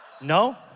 No